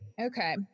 Okay